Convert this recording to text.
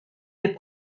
des